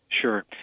Sure